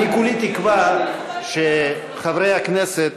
אני כולי תקווה שחברי הכנסת